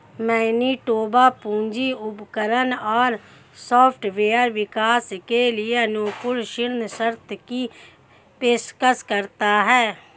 Manitoba पूंजी उपकरण और सॉफ्टवेयर विकास के लिए अनुकूल ऋण शर्तों की पेशकश करता है